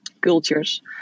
cultures